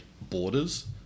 borders